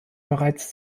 bereits